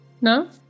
No